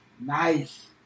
Nice